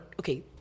okay